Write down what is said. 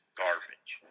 garbage